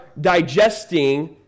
digesting